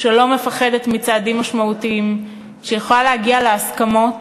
שלא מפחדת מצעדים משמעותיים, שיכולה להגיע להסכמות